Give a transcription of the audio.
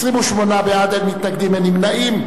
בעד, 28, אין מתנגדים, אין נמנעים.